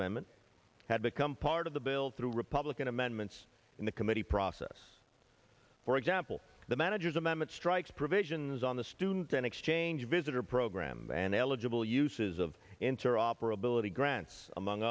amendment had become part of the bill through republican amendments in the committee process for example the manager's amendment strikes provisions on the student in exchange visitor program and eligible uses of interoperability grants among